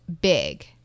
big